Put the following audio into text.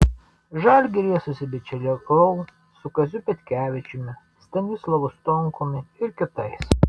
žalgiryje susibičiuliavau su kaziu petkevičiumi stanislovu stonkumi ir kitais